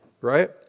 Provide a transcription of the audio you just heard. right